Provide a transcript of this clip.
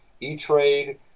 E-Trade